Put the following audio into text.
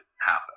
happen